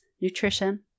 nutrition